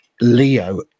Leo